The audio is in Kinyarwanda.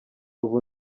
ubu